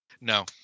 No